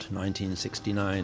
1969